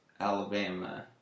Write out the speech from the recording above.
Alabama